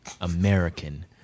American